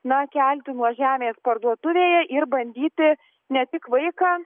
na kelti nuo žemės parduotuvėje ir bandyti ne tik vaiką